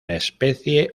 especie